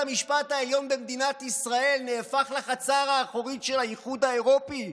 בית המשפט העליון במדינת ישראל נהפך לחצר האחורית של האיחוד האירופי,